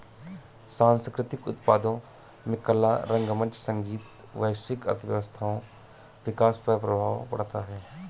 सांस्कृतिक उत्पादों में कला रंगमंच संगीत वैश्विक अर्थव्यवस्थाओं विकास पर प्रभाव पड़ता है